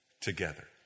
together